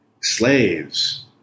slaves